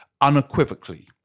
unequivocally